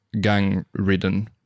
gang-ridden